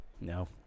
No